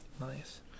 nice